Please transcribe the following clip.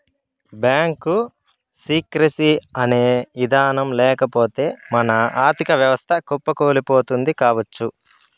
bank secrecy అనే ఇదానం లేకపోతె మన ఆర్ధిక వ్యవస్థ కుప్పకూలిపోతుంది కావచ్చు